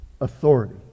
authority